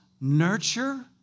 nurture